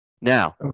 Now